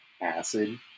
acid